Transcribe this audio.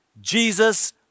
Jesus